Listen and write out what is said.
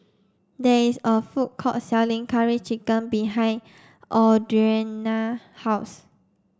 there is a food court selling curry chicken behind Audrianna house